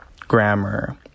grammar